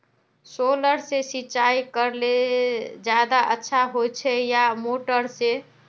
Solar से सिंचाई करले ज्यादा अच्छा होचे या मोटर से?